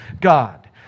God